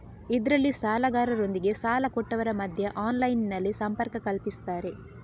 ಇದ್ರಲ್ಲಿ ಸಾಲಗಾರರೊಂದಿಗೆ ಸಾಲ ಕೊಟ್ಟವರ ಮಧ್ಯ ಆನ್ಲೈನಿನಲ್ಲಿ ಸಂಪರ್ಕ ಕಲ್ಪಿಸ್ತಾರೆ